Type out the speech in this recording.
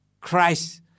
Christ